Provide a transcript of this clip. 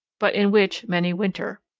but in which many winter.